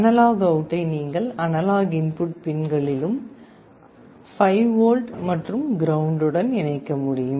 analogue அவுட்டை நீங்கள் analog input பின்களிலும் 5 வோல்ட் மற்றும் கிரவுண்டுடன் இணைக்க முடியும்